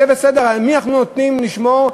זה בסדר, למי אנחנו נותנים לשמור?